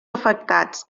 afectats